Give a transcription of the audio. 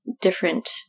different